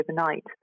overnight